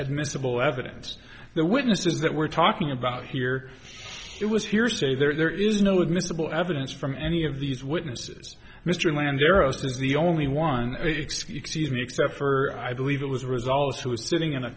admissible evidence the witnesses that we're talking about here it was hearsay there is no admissible evidence from any of these witnesses mr land there as it is the only one excuse me except for i believe it was a result she was sitting in a